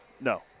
no